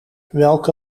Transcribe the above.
welke